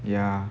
ya